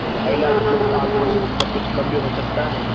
ڈھائی لاکھ تو آپ بولے اس میں کچھ کم بھی ہو سکتا ہے